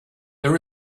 there